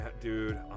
Dude